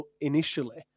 initially